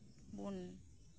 ᱵᱩᱱ